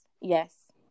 Yes